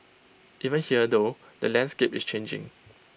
even here though the landscape is changing